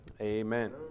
Amen